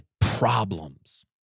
problems